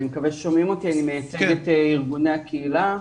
אני מייצג את ארגוני הקהילה.